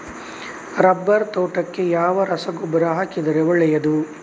Rubber ತೋಟಕ್ಕೆ ಯಾವ ರಸಗೊಬ್ಬರ ಹಾಕಿದರೆ ಒಳ್ಳೆಯದು?